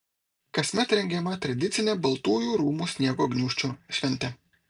kasmet rengiama tradicinė baltųjų rūmų sniego gniūžčių šventė